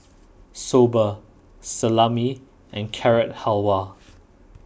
Soba Salami and Carrot Halwa